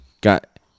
got